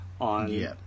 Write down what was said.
on